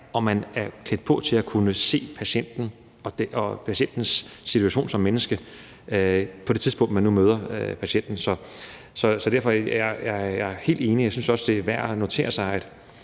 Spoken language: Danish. at man er klædt på til at kunne se patienten og patientens situation som menneske på det tidspunkt, hvor man nu møder patienten. Så jeg er helt enig. Og jeg synes også, det er værd at notere sig,